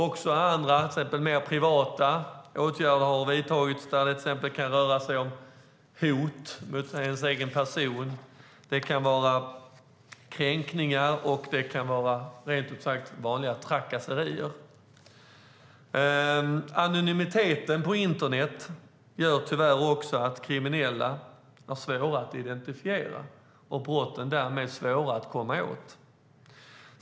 Också mer privata ageranden förekommer, såsom hot mot den egna personen, kränkningar och trakasserier. Anonymiteten på internet gör att kriminella tyvärr är svårare att identifiera, och brotten blir därmed svårare att komma åt.